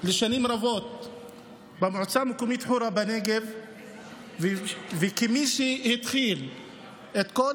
שנים רבות במועצה המקומית חורה בנגב וכמי שהתחיל את כל